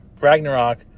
Ragnarok